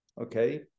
Okay